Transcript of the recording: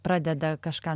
pradeda kažką